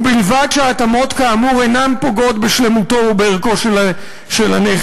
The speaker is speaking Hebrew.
ובלבד שהתאמות כאמור אינן פוגעות בשלמותו או בערכו של הנכס".